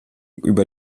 über